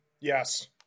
Yes